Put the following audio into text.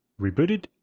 rebooted